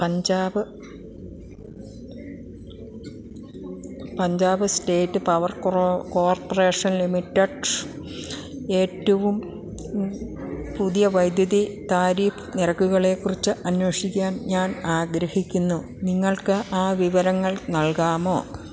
Punjab state power corporation limited ഏറ്റവും പുതിയ വൈദ്യുതി താരിഫ് നിരക്കുകളെക്കുറിച്ച് അന്വേഷിക്കാൻ ഞാൻ ആഗ്രഹിക്കുന്നു നിങ്ങൾക്ക് ആ വിവരങ്ങൾ നൽകാമോ